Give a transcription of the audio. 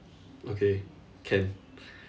okay can